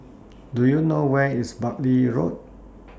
Do YOU know Where IS Bartley Road